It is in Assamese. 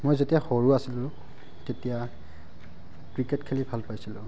মই যেতিয়া সৰু আছিলোঁ তেতিয়া ক্ৰিকেট খেলি ভাল পাইছিলোঁ